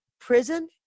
prison